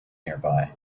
nearby